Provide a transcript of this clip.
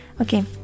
Okay